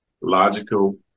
logical